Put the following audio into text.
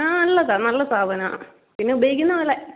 ആ നല്ലതാണ് നല്ല സാധനമാണ് പിന്നെ ഉപയോഗിക്കുന്നത് പോലെ